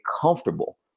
comfortable